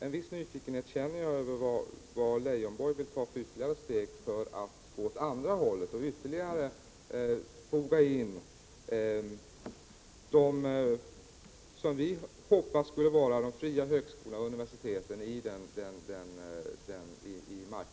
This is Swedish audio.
En viss nyfikenhet känner jag som sagt inför vilka steg Lars Leijonborg vill ta för att ytterligare foga in vad vi hade hoppats skulle vara fria högskolor och universitet i marknadsekonomin.